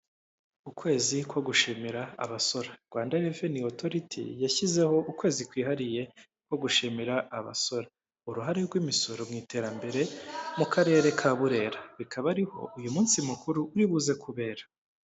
Ukwezi ko gushimira abasora, Rwanda reveni otoriti yashyizeho ukwezi kwihariye ko gushimira abasora. Uruhare rw'imisoro mu iterambere mu karere ka Burera, bikaba ariho uyu munsi mukuru uri buze kubera.